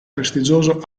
prestigioso